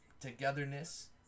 togetherness